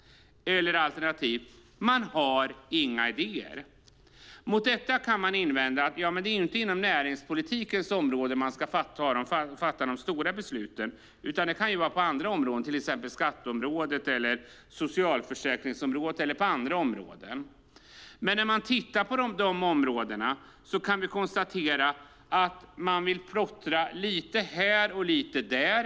Det andra är att man inte har några idéer. Mot detta kan man invända att det inte är inom näringspolitikens område man ska fatta de stora besluten utan på andra områden, till exempel skatteområdet eller socialförsäkringsområdet. Men när vi tittar på de områdena kan vi konstatera att man vill plottra lite här och lite där.